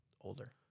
older